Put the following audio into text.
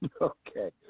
Okay